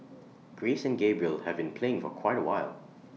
grace and Gabriel have been playing for quite awhile